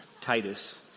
Titus